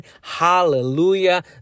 Hallelujah